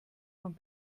man